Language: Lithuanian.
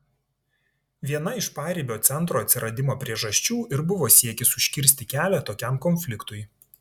viena iš paribio centro atsiradimo priežasčių ir buvo siekis užkirsti kelią tokiam konfliktui